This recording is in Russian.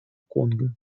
конго